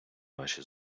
ваші